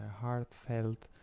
heartfelt